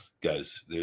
guys